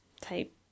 type